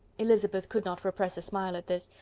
elizabeth could not repress a smile at this,